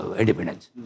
independence